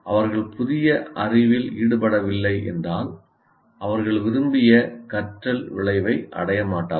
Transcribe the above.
அவர்கள் புதிய அறிவில் ஈடுபடவில்லை என்றால் அவர்கள் விரும்பிய கற்றல் விளைவை அடைய மாட்டார்கள்